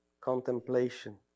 contemplation